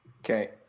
Okay